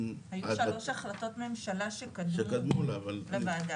--- היו שלוש החלטות ממשלה שקדמו לוועדה.